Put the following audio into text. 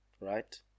Right